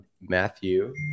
Matthew